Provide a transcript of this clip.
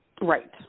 Right